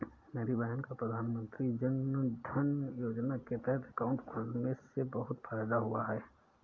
मेरी बहन का प्रधानमंत्री जनधन योजना के तहत अकाउंट खुलने से बहुत फायदा हुआ है